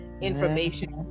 information